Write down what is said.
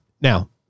Now